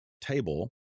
table